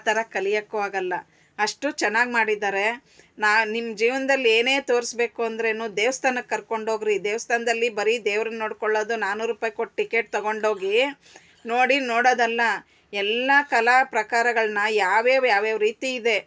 ಆ ಥರ ಕಲಿಯೋಕ್ಕೂ ಆಗೋಲ್ಲ ಅಷ್ಟು ಚೆನ್ನಾಗ್ ಮಾಡಿದ್ದಾರೆ ನಾ ನಿಮ್ಮ ಜೀವನದಲ್ ಏನೇ ತೋರಿಸ್ಬೇಕು ಅಂದ್ರೇ ದೇವಸ್ಥಾನಕ್ ಕರ್ಕೊಂಡೋಗಿರಿ ದೇವಸ್ಥಾನ್ದಲ್ಲಿ ಬರೀ ದೇವ್ರನ್ನು ನೋಡಿಕೊಳ್ಳೋದು ನಾಲ್ಕುನೂರು ರುಪಾಯ್ ಕೊಟ್ಟು ಟಿಕೆಟ್ ತಗೊಂಡೋಗೀ ನೋಡಿ ನೋಡೋದಲ್ಲ ಎಲ್ಲ ಕಲಾಪ್ರಕಾರಗಳನ್ನ ಯಾವ್ಯಾವ ಯಾವ್ಯಾವ ರೀತಿ ಇದೆ